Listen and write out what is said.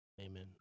Amen